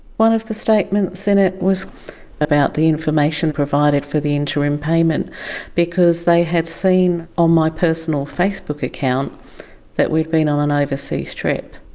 one of the statements in it was about the information provided for the interim payment because they had seen on my personal facebook account that we'd been on an overseas trip.